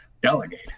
Delegate